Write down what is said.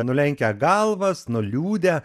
nulenkę galvas nuliūdę